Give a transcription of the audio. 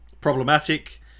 problematic